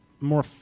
more